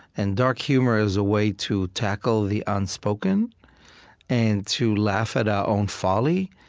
and dark humor as a way to tackle the unspoken and to laugh at our own folly